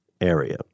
area